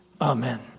amen